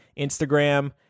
Instagram